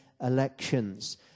elections